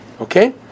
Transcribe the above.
Okay